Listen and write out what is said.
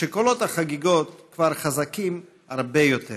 שקולות החגיגות כבר חזקים הרבה יותר.